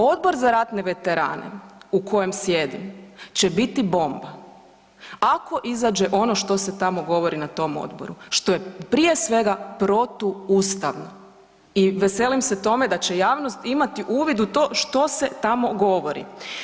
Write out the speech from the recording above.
Odbor za ratne veterane u kojem sjedim će biti bomba ako izađe ono što se tamo govori na tom odboru što je prije svega protuustavno i veselim se tome da će javnost imati uvid u to što se tamo govori.